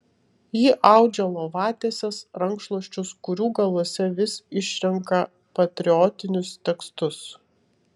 ji audžia lovatieses rankšluosčius kurių galuose vis išrenka patriotinius tekstus